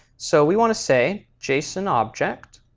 so we want to say jsonobject,